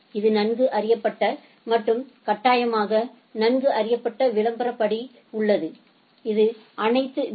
இது நன்கு அறியப்பட்ட மற்றும் கட்டாயமாக நன்கு அறியப்பட்ட விருப்பப்படி உள்ளது இது அனைத்து பி